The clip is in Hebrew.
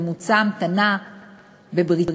ממוצע ההמתנה בבריטניה,